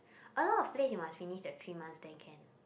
a lot of place you must finish the three month then can